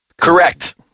Correct